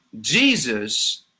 Jesus